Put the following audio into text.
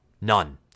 none